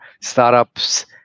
startups